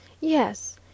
Yes